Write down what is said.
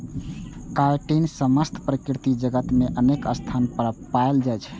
chitin समस्त प्रकृति जगत मे अनेक स्थान पर पाएल जाइ छै